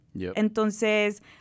Entonces